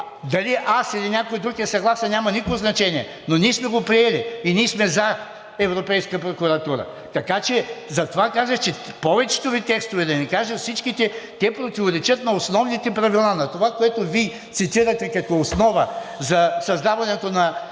Дали аз, или някой друг е съгласен, няма никакво значение, но ние сме го приели и ние сме за Европейска прокуратура. Така че затова казах, че повечето Ви текстове, да не кажа всичките, те противоречат на основните правила на това, което Вие цитирате като основа за създаването на